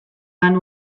lan